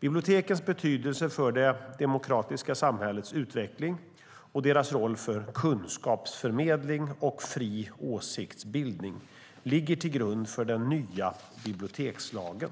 Bibliotekens betydelse för det demokratiska samhällets utveckling och deras roll för kunskapsförmedling och fri åsiktsbildning ligger till grund för den nya bibliotekslagen.